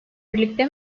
birlikte